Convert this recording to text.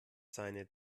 seine